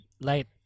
light